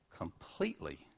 Completely